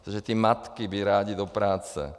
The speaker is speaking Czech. Protože ty matky by rády do práce.